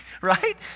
right